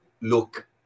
look